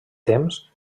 temps